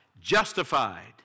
justified